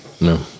No